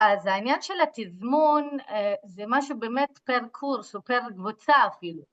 אז העניין של התזמון זה משהו באמת פר קורס או פר קבוצה אפילו